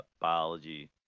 biology